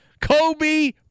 Kobe